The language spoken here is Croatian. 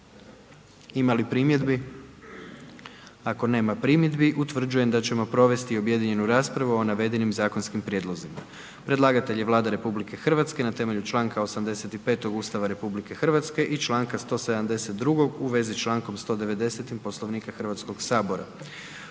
Ima li primjedbi? Ako nema primjedbi, utvrđujem da ćemo provesti objedinjenu raspravu o navedenim zakonskim prijedlozima. Predlagatelj je Vlada RH na temelju Članka 85. Ustava RH i Članka 172. u vezi s Člankom 190. Poslovnika Hrvatskog sabora.